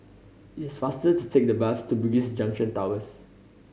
it is faster to take the bus to Bugis Junction Towers